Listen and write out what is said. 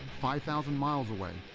five thousand miles away,